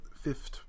fifth